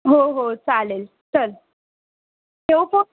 हो हो चालेल चल ठेऊ फोन